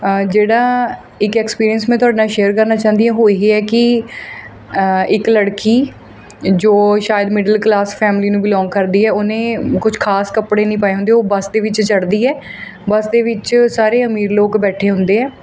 ਜਿਹੜਾ ਇੱਕ ਐਕਸਪੀਰੀਅੰਸ ਮੈਂ ਤੁਹਾਡੇ ਨਾਲ ਸ਼ੇਅਰ ਕਰਨਾ ਚਾਹੁੰਦੀ ਹਾਂ ਉਹ ਇਹ ਹੈ ਕਿ ਇੱਕ ਲੜਕੀ ਜੋ ਸ਼ਾਇਦ ਮਿਡਲ ਕਲਾਸ ਫੈਮਿਲੀ ਨੂੰ ਬਿਲੋਂਗ ਕਰਦੀ ਹੈ ਉਹਨੇ ਕੁਛ ਖਾਸ ਕੱਪੜੇ ਨਹੀਂ ਪਾਏ ਹੁੰਦੇ ਉਹ ਬੱਸ ਦੇ ਵਿੱਚ ਚੜ੍ਹਦੀ ਹੈ ਬੱਸ ਦੇ ਵਿੱਚ ਸਾਰੇ ਅਮੀਰ ਲੋਕ ਬੈਠੇ ਹੁੰਦੇ ਹੈ